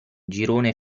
girone